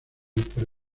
pre